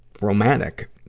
romantic